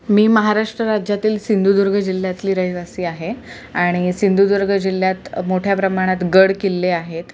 मी महाराष्ट्र राज्यातील सिंधुदुर्ग जिल्ह्यातली रहिवासी आहे आणि सिंधुदुर्ग जिल्ह्यात मोठ्या प्रमाणात गडकिल्ले आहेत